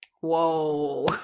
Whoa